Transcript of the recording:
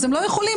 הם לא יכולים.